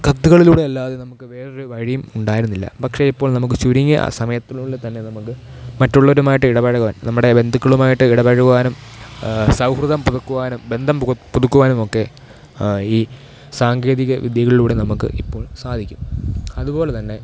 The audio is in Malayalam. കത്തുകളിലൂടെ അല്ലാതെ നമുക്ക് വേറെ ഒരു വഴിയും ഉണ്ടായിരുന്നില്ല പക്ഷെ ഇപ്പോൾ നമുക്ക് ചുരുങ്ങിയ സമയത്തിനുള്ളിൽ തന്നെ നമുക്ക് മറ്റുള്ളവരുമായിട്ട് ഇടപെഴുകുവാൻ നമ്മുടെ ബന്ധുക്കളുമായിട്ട് ഇടപെഴുകുവാനും സൗഹൃദം പുതുക്കുവാനും ബന്ധം പുത് പുതുക്കുവാനുമൊക്കെ ഈ സാങ്കേതികവിദ്യകളിലൂടെ നമുക്ക് ഇപ്പോൾ സാധിക്കും അതുപോലെ തന്നെ